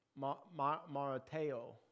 marateo